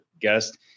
guest